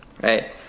right